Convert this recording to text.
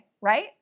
right